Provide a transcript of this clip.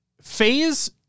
phase